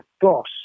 boss